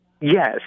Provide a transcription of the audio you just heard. Yes